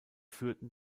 führten